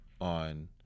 on –